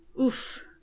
oof